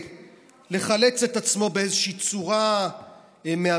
לחלץ את עצמו באיזושהי צורה מהמשפט,